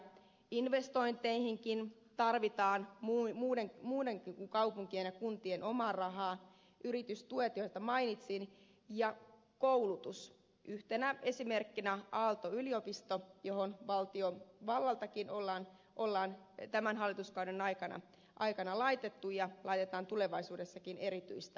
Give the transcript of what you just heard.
investointeihinkin tarvitaan muidenkin kuin kaupunkien ja kuntien omaa rahaa yritystuet jotka jo mainitsin ja koulutuksesta yhtenä esimerkkinä on aalto yliopisto johon valtiovallaltakin on tämän hallituskauden aikana laitettu ja laitetaan tulevaisuudessa erityistä rahoitusta